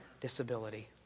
disability